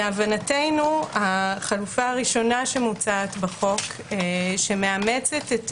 להבנתנו, החלופה הראשונה שמוצעת בחוק, שמאמצת את